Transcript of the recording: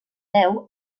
deu